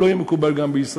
לא יהיה מקובל גם בישראל,